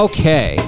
Okay